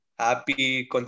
Happy